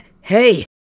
Hey